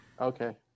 Okay